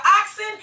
oxen